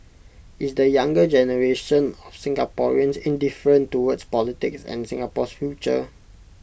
is the younger generation of Singaporeans indifferent towards politics and Singapore's future